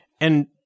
And-